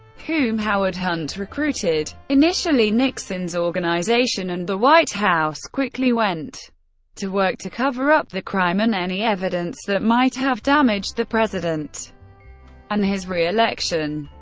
whom howard hunt recruited. initially nixon's organization and the white house quickly went to work to cover up the crime and any evidence that might have damaged the president and his reelection.